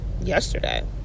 yesterday